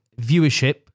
Viewership